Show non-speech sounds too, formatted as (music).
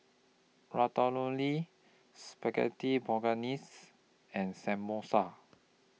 (unintelligible) Spaghetti Bolognese and Samosa